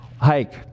hike